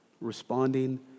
responding